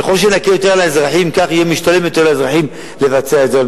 ככל שנקל יותר על האזרחים כך יהיה משתלם יותר לאזרחים לבצע את זה.